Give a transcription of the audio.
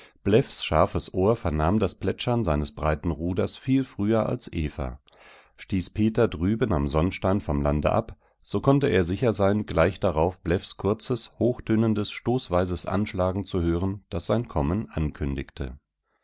scharfes ohr vernahm das plätschern seines breiten ruders viel früher als eva stieß peter drüben am sonnstein vom lande ab so konnte er sicher sein gleich darauf bläffs kurzes hochtönendes stoßweises anschlagen zu hören das sein kommen ankündigte